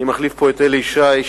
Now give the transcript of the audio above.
אני מחליף פה את אלי ישי,